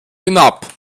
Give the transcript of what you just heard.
hinab